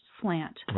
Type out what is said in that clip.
slant